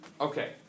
Okay